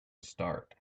start